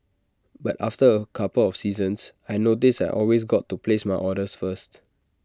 but after A couple of seasons I noticed I always got to place my orders first